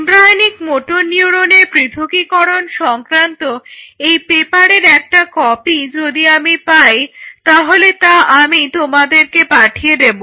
embryonic motor নিউরনের পৃথকীকরণ সংক্রান্ত এই পেপারের একটা কপি যদি আমি পাই তাহলে তা আমি তোমাদের পাঠিয়ে দেব